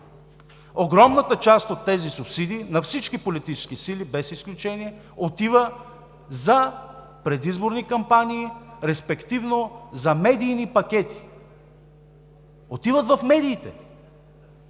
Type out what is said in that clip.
Огромната част от тези субсидии на всички политически сили без изключение отива за предизборни кампании, респективно за медийни пакети. Отиват в медиите.